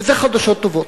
וזה חדשות טובות.